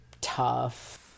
tough